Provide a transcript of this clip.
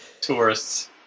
Tourists